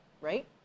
right